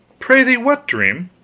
prithee what dream?